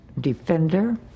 defender